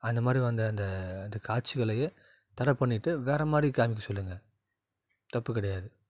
அந்த மாதிரி அந்த அந்த அது காட்சிகளையே தடை பண்ணிவிட்டு வேறு மாதிரி காமிக்க சொல்லுங்கள் தப்பு கிடையாது